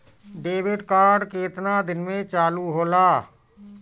Debit card केतना दिन में चालु होला?